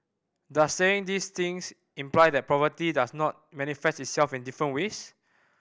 does saying these things imply that poverty does not manifest itself in different ways